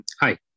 Hi